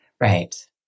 Right